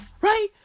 right